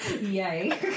Yay